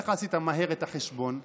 איך עשית את החשבון מהר?